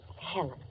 Helen